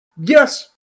Yes